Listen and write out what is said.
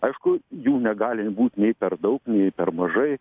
aišku jų negali būt nei per daug nei per mažai